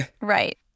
Right